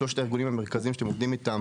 שלושת הארגונים המרכזיים שאתם עובדים אתם